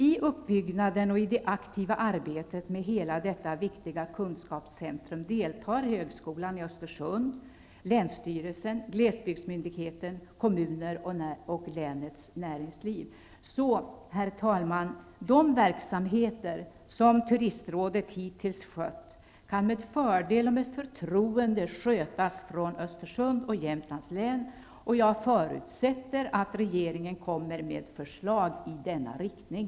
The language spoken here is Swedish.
I uppbyggnaden och i det aktiva arbetet med hela detta viktiga kunskapscentrum deltar högskolan i Östersund, länsstyrelsen, glesbygdsmyndigheten, kommuner och länets näringsliv. Herr talman! De verksamheter som Turistrådet hittills skött kan alltså med fördel och med förtroende skötas från Östersund och Jämtlands län, och jag förutsätter att regeringen kommer med förslag i denna riktning.